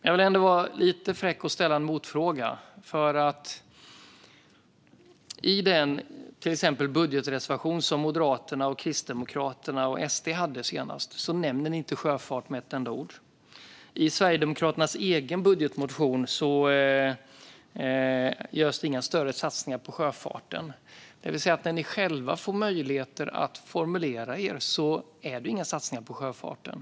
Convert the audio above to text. Jag vill ändå vara lite fräck och ställa en motfråga. I exempelvis den budgetreservation som Moderaterna, Kristdemokraterna och Sverigedemokraterna hade senast nämns inte sjöfart med ett enda ord. I Sverigedemokraternas egen budgetmotion görs inga större satsningar på sjöfarten. När ni själva får möjlighet att formulera er finns alltså inga satsningar på sjöfarten.